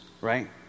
right